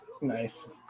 Nice